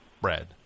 bread